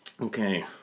Okay